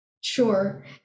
sure